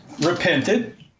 repented